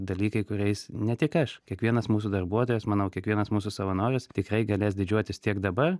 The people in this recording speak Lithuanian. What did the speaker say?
dalykai kuriais ne tik aš kiekvienas mūsų darbuotojas manau kiekvienas mūsų savanoris tikrai galės didžiuotis tiek dabar